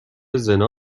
زنا